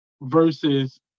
versus